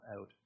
out